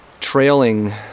trailing